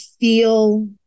feel